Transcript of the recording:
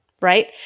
right